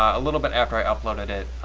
a little bit after i uploaded it,